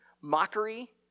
mockery